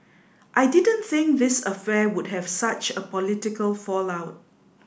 I didn't think this affair would have such a political fallout